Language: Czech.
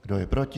Kdo je proti?